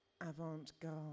avant-garde